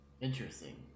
Interesting